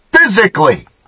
physically